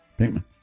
Pinkman